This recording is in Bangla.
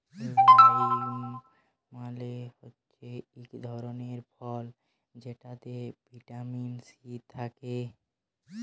লাইম মালে হচ্যে ইক ধরলের ফল যেটতে ভিটামিল সি থ্যাকে